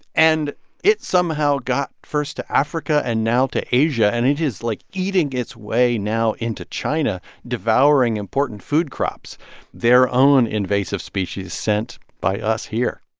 and it somehow got first to africa and now to asia. and it just like, eating its way now into china, devouring important food crops their own invasive species sent by us here